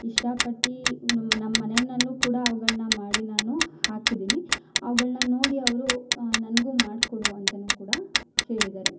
ಇಷ್ಟಪಟ್ಟು ನಮ್ಮ ನಮ್ಮ ಮನೆನಲ್ಲೂ ಕೂಡ ಅವ್ಗಳ್ನ ಮಾಡಿ ನಾನು ಹಾಕಿದ್ದೀನಿ ಅವ್ಗಳ್ನ ನೋಡಿ ಅವರು ನನ್ಗು ಮಾಡ್ಕೊಡು ಅಂತನು ಕೂಡ ಕೇಳಿದಾರೆ